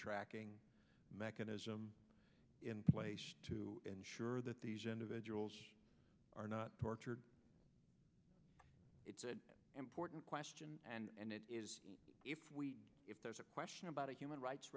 tracking mechanism in place to ensure that these individuals are not tortured it's an important question and it is if we if there's a question about a human rights